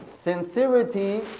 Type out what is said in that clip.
Sincerity